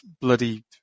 bloody